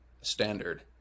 standard